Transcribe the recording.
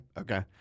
Okay